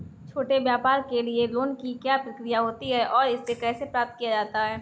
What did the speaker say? छोटे व्यापार के लिए लोंन की क्या प्रक्रिया होती है और इसे कैसे प्राप्त किया जाता है?